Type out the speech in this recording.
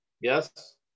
Yes